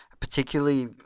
Particularly